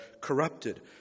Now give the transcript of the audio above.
corrupted